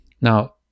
Now